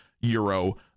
euro